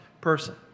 person